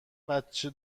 بچه